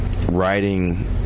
writing